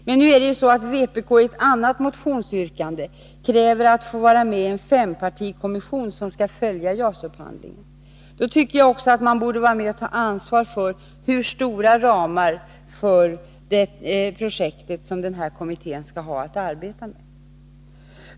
Men nu kräver vpk i ett annat motionsyrkande att få vara med i den fempartikommitté som skall följa JAS-upphandlingen. Då tycker jag att man också borde vara med och ta ansvar för hur stora ramar för projektet som denna kommitté skall ha att arbeta med.